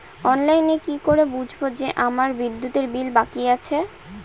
অনলাইনে কি করে বুঝবো যে আমার বিদ্যুতের বিল বাকি আছে?